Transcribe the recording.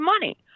money